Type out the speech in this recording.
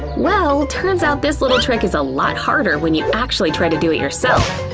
well, turns out this little trick is a lot harder when you actually try to do it yourself.